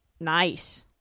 nice